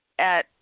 -at